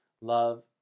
love